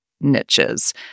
niches